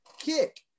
kick